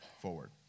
forward